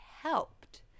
helped